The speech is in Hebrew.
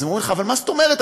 אומרים לך: אבל מה זאת אומרת?